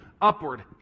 Upward